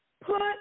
put